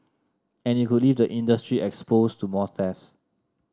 and it could leave the industry exposed to more thefts